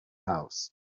house